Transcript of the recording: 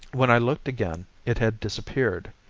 when i looked again it had disappeared.